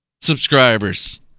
subscribers